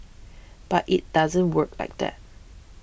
but it doesn't work like that